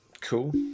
Cool